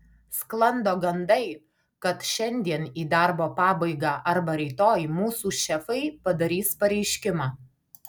sklando gandai kad šiandien į darbo pabaigą arba rytoj mūsų šefai padarys pareiškimą